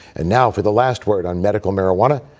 and now, for the last word on medical marijuana,